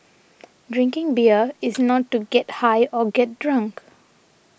drinking beer is not to get high or get drunk